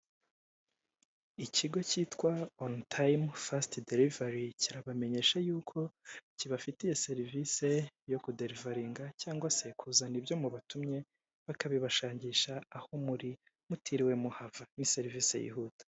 Ikigo cyitwa oni tayime fasiti de rivari kirabamenyesha yuko kibafitiye serivisi yo kuderevariga cyangwa se kuzana ibyo mubatumye bakabibashakisha aho muri mutiriwe muhava kuri serivisi yihuta.